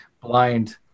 blind